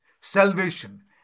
salvation